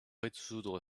résoudre